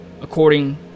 according